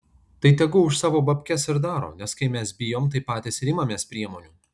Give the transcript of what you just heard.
tai tegu už savo babkes ir daro nes kai mes bijom tai patys ir imamės priemonių